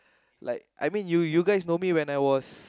like I mean you you guys know me when I was